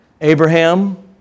Abraham